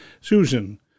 Susan